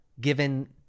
given